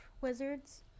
Wizards